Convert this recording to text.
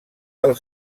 del